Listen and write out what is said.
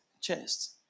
chest